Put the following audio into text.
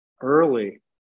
early